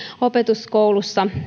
opetus koulussa